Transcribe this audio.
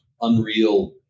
unreal